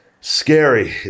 scary